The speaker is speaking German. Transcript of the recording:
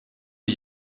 ich